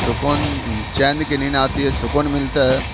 سکون چین کی نیند آتی ہے سکون ملتا ہے